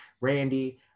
Randy